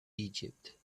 egypt